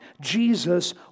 Jesus